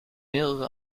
mehrere